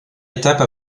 étape